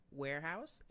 warehouse